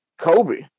Kobe